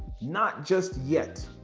not just yet,